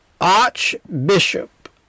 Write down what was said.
Archbishop